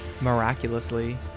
miraculously